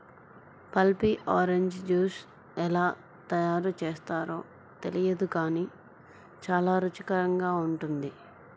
pulpy orange juice ఎలా తయారు చేస్తారో తెలియదు గానీ చాలా రుచికరంగా ఉంటుంది